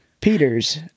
Peter's